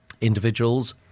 Individuals